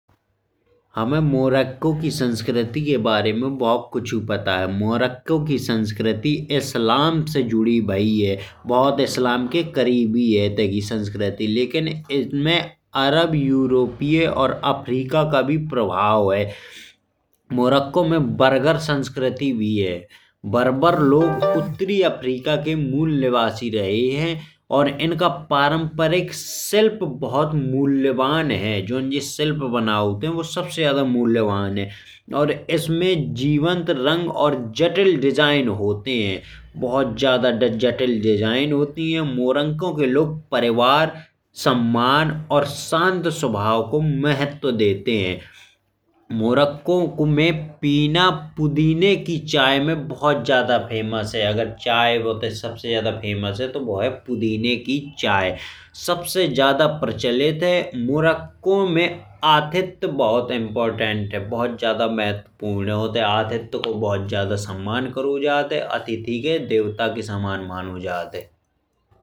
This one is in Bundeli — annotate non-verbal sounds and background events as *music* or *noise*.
हम मोरक्को की संस्कृति के बारे में बहुत कुछ पता है। मोरक्को की संस्कृति इस्लाम से जुड़ी हुई है बहुत इस्लाम के क़रीबी है इत्ते की संस्कृति लेकिन इनमें अरब, यूरोपीय और अफ़्रीकी का भी प्रभाव है। मोरक्को में बरबर संस्कृति भी है *noise* बरबर लोग उत्तरी अफ्रीका के मूल निवासी रहे हैं। और इनका पारंपरिक शिल्प बहुत मूल्यवान है जो शिल्प बनावट है वह सबसे ज़्यादा मूल्यवान है। इसमें जीवंत रंग और जटिल डिज़ाइन होते हैं बहुत ज़्यादा जटिल डिज़ाइन होती हैं। मोरक्को के लोग परिवार मान और शांत स्वभाव को महत्व देते हैं। मोरक्को में पीना पुडिने की चाय में बहुत ज़्यादा प्रसिद्ध है। चाय में उतने सबसे ज़्यादा प्रसिद्ध है तो वह है पुडिने की चाय सबसे ज़्यादा प्रचलित है। मोरक्को में आतिथ्य बहुत महत्वपूर्ण है बहुत ज़्यादा महत्वपूर्ण है। उतने आतिथ्य को बहुत ज़्यादा सम्मान की दृष्टि से देखा जाता है। अतिथि को देवता के समान माना जाता है।